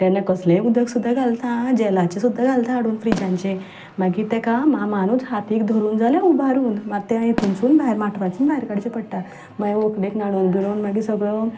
तेन्ना कसलेंय उदक सुद्दां घालता झेलाचें सुद्दां घालता हाडून फ्रिजांचें मागीर तिका मामानूच हातीक धरून जाल्या उबारून माथ्या हितूतसून माटवासून भायर काडचें पडटा मागीर व्हंकलेक न्हाणोवन बिणोवन मागीर सगलो